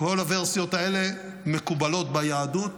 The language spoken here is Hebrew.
כל הוורסיות האלה מקובלות ביהדות,